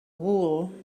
wool